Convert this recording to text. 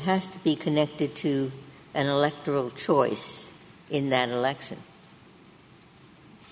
has to be connected to an electoral choice in that election